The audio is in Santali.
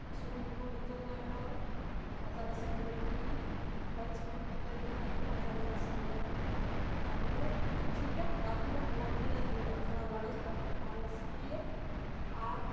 ᱥᱩᱱᱩᱢ ᱵᱩᱞᱩᱝ ᱡᱚᱛᱚᱜᱮᱞᱮ ᱞᱟᱜᱟᱣᱟ ᱟᱫᱟ ᱨᱟᱹᱥᱩᱱ ᱡᱤᱨᱟᱹ ᱜᱩᱞᱠᱤ ᱢᱟᱹᱨᱤᱪ ᱠᱚᱦᱚᱸ ᱠᱟᱹᱴᱤᱡ ᱞᱮ ᱨᱤᱜ ᱟᱜᱼᱟ ᱛᱚᱵᱮ ᱠᱷᱟᱡ ᱡᱷᱟᱞ ᱡᱷᱟᱞ ᱥᱤᱵᱤᱞᱟ ᱟᱨᱞᱮ ᱩᱛᱩ ᱴᱷᱤᱠᱟ ᱛᱟᱨᱯᱚᱨᱮ ᱦᱚᱞᱚᱝ ᱨᱮᱞᱮ ᱫᱩᱞᱟ ᱛᱷᱚᱲᱟ ᱞᱟᱲᱮᱡᱚᱜᱼᱟ ᱟᱨᱞᱮ ᱥᱤᱯᱤᱭᱟ ᱟᱨ